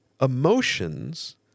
emotions